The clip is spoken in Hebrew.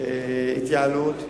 יותר ויותר התייעלות,